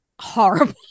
horrible